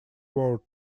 world